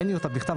אין לי אותה בכתב,